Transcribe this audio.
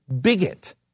bigot